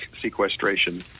sequestration